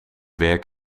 werk